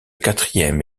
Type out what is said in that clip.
quatrième